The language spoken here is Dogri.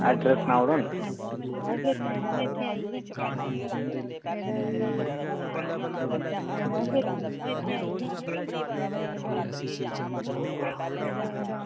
एड्रेस्स सनाई ओड़ेओ निं